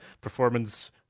performance